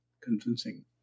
convincing